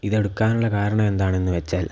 ഇതെടുക്കാനുള്ള കാരണം എന്താണെന്ന് വെച്ചാൽ